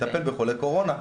לטפל בחולי קורונה.